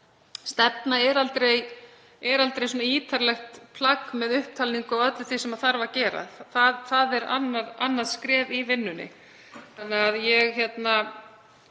Stefna er aldrei ítarlegt plagg með upptalningu á öllu því sem þarf að gera. Það er annað skref í vinnunni.